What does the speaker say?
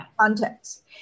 Context